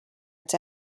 its